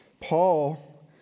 Paul